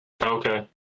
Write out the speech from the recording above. Okay